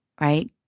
Right